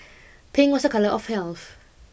pink was a colour of health